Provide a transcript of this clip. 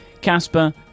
Casper